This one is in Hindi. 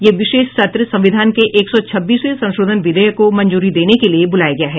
यह विशेष सत्र संविधान के एक सौ छब्बीसवें संशोधन विधेयक को मंजूरी देने के लिए ब्लाया गया है